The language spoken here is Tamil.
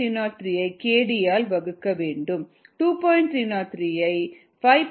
303 ஐ kd ஆல் வகுக்க வேண்டும்